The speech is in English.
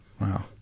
wow